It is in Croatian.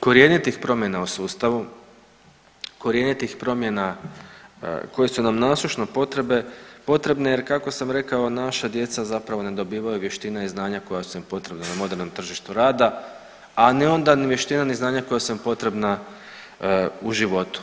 korjenitih promjena u sustavu, korjenitih promjena koje su nam nasušno potrebne jer, kako sam rekao, naša djeca zapravo ne dobivaju vještine i znanja koje su nam potrebne u modernom tržištu rada, a onda ni vještina i znanja koja su nam potrebna u životu.